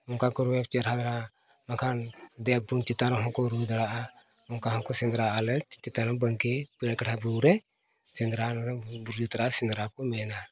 ᱚᱱᱠᱟ ᱠᱚ ᱨᱩᱭᱟ ᱪᱮᱦᱨᱟ ᱫᱷᱟᱨᱟ ᱵᱟᱠᱷᱟᱱ ᱫᱮᱵᱽᱜᱩᱱ ᱪᱮᱛᱟᱱ ᱨᱮᱦᱚᱸ ᱠᱚ ᱨᱩ ᱫᱟᱲᱮᱭᱟᱜᱼᱟ ᱚᱱᱠᱟ ᱦᱚᱸᱠᱚ ᱥᱮᱸᱫᱽᱨᱟᱜ ᱟᱞᱮ ᱪᱮᱛᱟᱱ ᱨᱮ ᱵᱟᱝᱠᱤ ᱯᱤᱲᱟᱹᱠᱟᱴᱟ ᱵᱩᱨᱩᱨᱮ ᱥᱮᱸᱫᱽᱨᱟ ᱵᱩᱜᱤ ᱛᱟᱨᱟ ᱥᱮᱸᱫᱽᱨᱟ ᱠᱚ ᱢᱮᱱᱟ